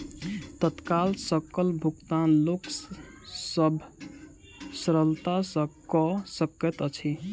तत्काल सकल भुगतान लोक सभ सरलता सॅ कअ सकैत अछि